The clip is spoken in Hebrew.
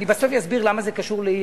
אני בסוף אסביר למה זה קשור לאי-אמון,